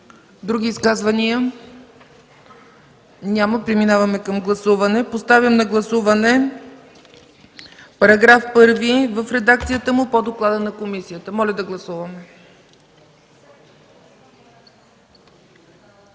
Други изказвания? Няма. Преминаваме към гласуване. Поставям на гласуване § 1 в редакцията му по доклада на комисията. Гласували